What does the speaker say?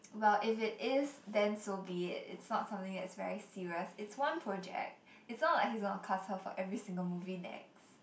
well if it is then so be it it's not something that's very serious it's one project it's not like he's gonna cast her for every single movie next